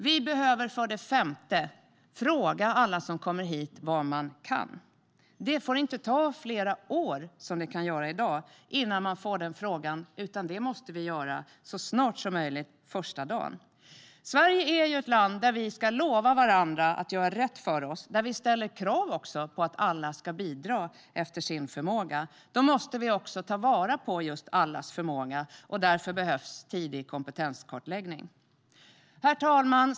För det femte behöver vi fråga alla som kommer hit vad de kan. Det får inte ta flera år innan de får den frågan, som det kan göra i dag, utan det måste ske så snart som möjligt, första dagen. Sverige är ett land där vi ska lova varandra att göra rätt för oss och där vi ställer krav på att alla ska bidra efter sin förmåga. Då måste vi ta vara på allas förmåga, och därför behövs tidig kompetenskartläggning. Herr talman!